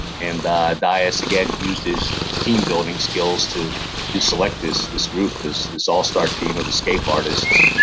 and dyess, again, used his his team-building skills to to select this this group, this this all-star team of escape artists,